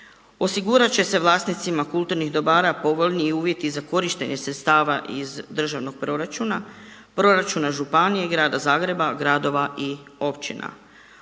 osigurat će se vlasnicima kulturnih dobara povoljniji uvjeti za korištenje sredstava iz državnog proračuna, proračuna županije, grada Zagreba, gradova i općina.